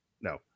No